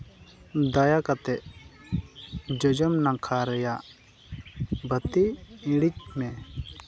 ᱫᱟᱭᱟ ᱠᱟᱛᱮ ᱡᱚᱡᱚᱢ ᱱᱟᱠᱷᱟ ᱨᱮᱭᱟᱜ ᱵᱟᱹᱛᱤ ᱤᱲᱤᱡᱽ ᱢᱮ